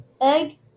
egg